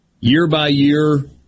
Year-by-year